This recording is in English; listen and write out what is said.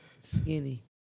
Skinny